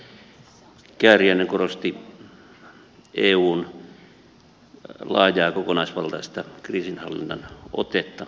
edustaja kääriäinen korosti eun laajaa kokonaisvaltaista kriisinhallinnan otetta